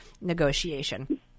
negotiation